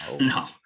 no